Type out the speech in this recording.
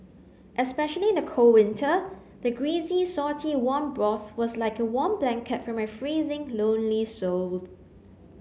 especially in the cold winter the greasy salty warm broth was like a warm blanket for my freezing lonely soul